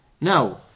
Now